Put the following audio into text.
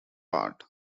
part